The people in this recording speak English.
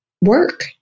work